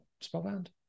spellbound